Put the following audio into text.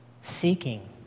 seeking